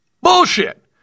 Bullshit